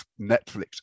Netflix